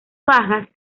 bajas